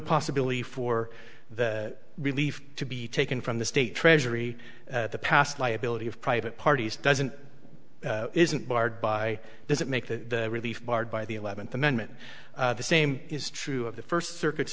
possibility for the relief to be taken from the state treasury the past liability of private parties doesn't isn't barred by does it make the relief barred by the eleventh amendment the same is true of the first circuits